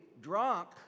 drunk